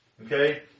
Okay